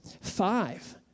Five